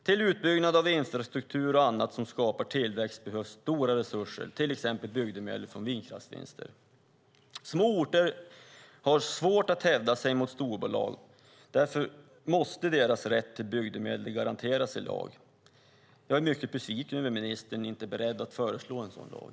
Till utbyggnad av infrastruktur och annat som skapar tillväxt behövs stora resurser, till exempel bygdemedel från vindkraftsvinster. Små orter har svårt att hävda sig mot storbolag. Därför måste deras rätt till bygdemedel garanteras i lag. Jag är mycket besviken över att ministern inte är beredd att föreslå en sådan lag.